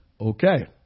Okay